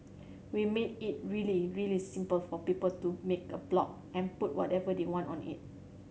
we made it really really simple for people to make a blog and put whatever they want on it